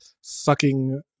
sucking